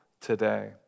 today